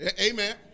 Amen